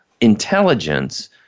intelligence